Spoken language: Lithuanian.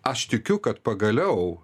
aš tikiu kad pagaliau